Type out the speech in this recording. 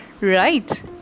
right